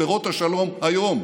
פירות השלום היום.